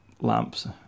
lamps